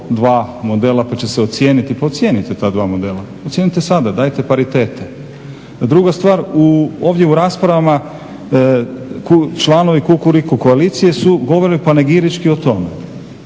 dva modela pa će se ocijeniti, pa ocijenite ta dva modela, ocijenite sad, dajete paritete. Druga stvar, u ovdje u raspravama članovi Kukuriku koalicije su, govore panegirički o tome.